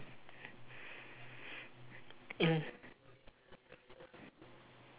mm